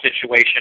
situation